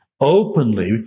openly